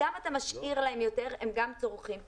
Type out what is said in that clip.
אם כן, גם אתה משאיר להם יותר והם גם צורכים פחות.